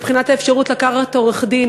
מבחינת האפשרות לקחת עורך-דין,